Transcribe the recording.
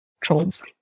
trolls